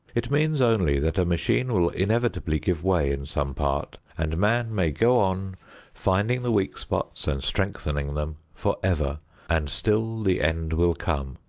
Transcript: it means only that a machine will inevitably give way in some part, and man may go on finding the weak spots and strengthening them forever and still the end will come.